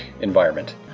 environment